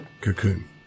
cocoon